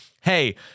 hey